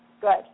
Good